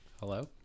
Hello